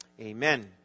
amen